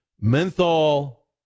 Menthol